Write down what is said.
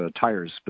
tires